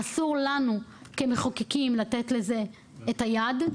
אסור לנו כמחוקקים לתת לזה את היד.